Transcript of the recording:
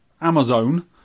Amazon